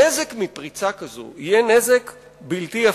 הנזק מפריצה כזאת יהיה נזק בלתי הפיך.